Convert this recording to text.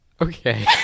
Okay